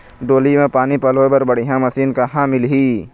डोली म पानी पलोए बर बढ़िया मशीन कहां मिलही?